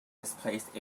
misplaced